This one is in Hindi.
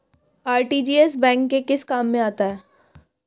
आर.टी.जी.एस बैंक के किस काम में आता है?